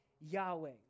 Yahweh